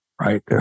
right